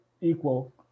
equal